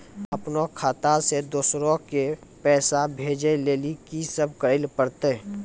अपनो खाता से दूसरा के पैसा भेजै लेली की सब करे परतै?